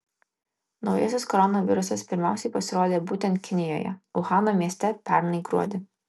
naujasis koronavirusas pirmiausia pasirodė būtent kinijoje uhano mieste pernai gruodį